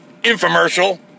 infomercial